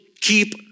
keep